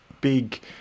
big